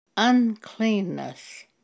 Uncleanness